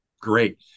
great